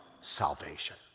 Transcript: salvation